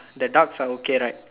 the ducks are okay right